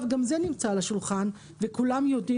גם זה נמצא על השולחן וכולם יודעים